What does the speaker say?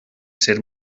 ser